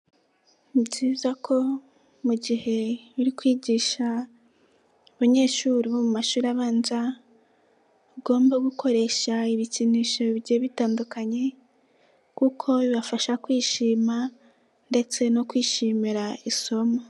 Ni byiza ko mu gihe uri kwigisha abanyeshuri bo mu mashuri abanza, ugomba gukoresha ibikinisho bigiye bitandukanye kuko bibafasha kwishima ndetse no kwishimira isomo.